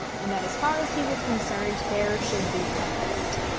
and that as far as he was concerned there should be an end of it.